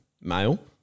Male